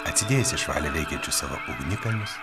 atsidėjęs išvalė veikiančius savo ugnikalnius